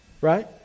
Right